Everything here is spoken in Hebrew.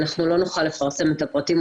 אנחנו לא נוכל לפרסם את הפרטים,